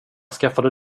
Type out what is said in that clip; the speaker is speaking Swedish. skaffade